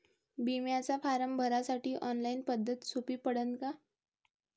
बिम्याचा फारम भरासाठी ऑनलाईन पद्धत सोपी पडन का?